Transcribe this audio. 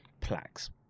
plaques